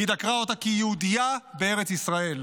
היא דקרה אותה כי היא יהודייה בארץ ישראל.